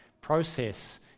process